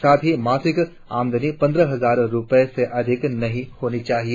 साथ ही मासिक आमदनी पंद्रह हजार रुपये से अधिक नहीं होनी चाहिए